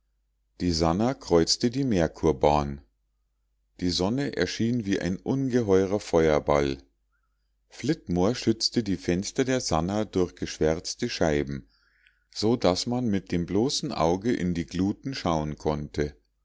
die sannah kreuzte die merkurbahn die sonne erschien wie ein ungeheurer feuerball flitmore schützte die fenster der sannah durch geschwärzte scheiben so daß man mit dem bloßen auge in die gluten schauen konnte